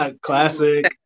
Classic